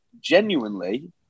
genuinely